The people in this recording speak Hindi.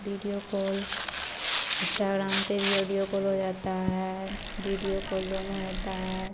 वीडियो कॉल इन्स्टाग्राम पर भी ऑडियो कॉल हो जाता है कॉल दोनों होता है